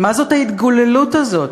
מה זאת ההתגוללות הזאת?